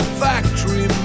factory